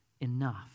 enough